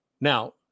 Now